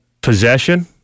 Possession